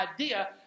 idea